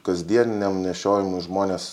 kasdieniam nešiojimui žmonės